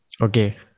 Okay